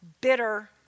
bitter